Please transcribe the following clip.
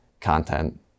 content